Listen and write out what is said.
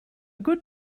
good